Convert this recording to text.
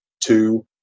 two